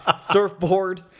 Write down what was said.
Surfboard